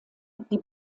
die